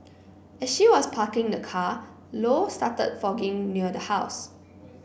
as she was parking the car Low started fogging near the house